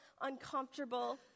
uncomfortable